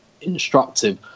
instructive